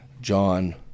John